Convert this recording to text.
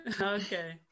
Okay